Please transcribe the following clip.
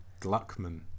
Gluckman